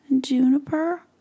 Juniper